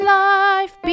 life